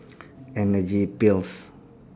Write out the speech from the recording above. energy pills